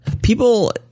People